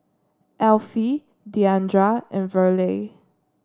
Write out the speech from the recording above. Alfie Diandra and Verle